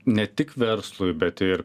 ne tik verslui bet ir